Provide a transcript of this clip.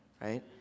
Right